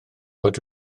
bod